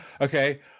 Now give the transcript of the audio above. okay